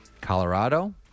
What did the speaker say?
Colorado